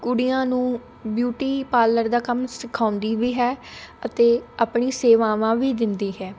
ਕੁੜੀਆਂ ਨੂੰ beauty parlour ਦਾ ਕੰਮ ਸਿਖਾਉਂਦੀ ਵੀ ਹੈ ਅਤੇ ਆਪਣੀ ਸੇਵਾਵਾਂ ਵੀ ਦਿੰਦੀ ਹੈ